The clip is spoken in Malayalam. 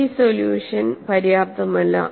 ഈ സൊല്യൂഷൻ പര്യാപ്തമല്ല